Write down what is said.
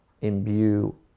imbue